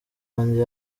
wanjye